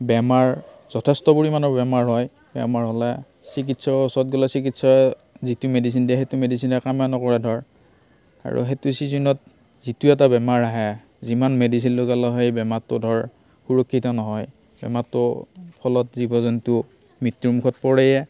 বেমাৰ যথেষ্ট পৰিমাণৰ বেমাৰ হয় বেমাৰ হ'লে চিকিৎসকৰ ওচৰত গ'লে চিকিৎস যিটো মেডিচিন দিয়ে সেইটো মেডিচিনে কামে নকৰে ধৰ আৰু সেইটো চিজনত যিটো এটা বেমাৰ আহে যিমান মেডিচিন লগালেও সেই বেমাৰটো ধৰ সুৰক্ষিত নহয় বেমাৰটোৰ ফলত জীৱ জন্তু মৃত্য়ুমুখত পৰেয়ে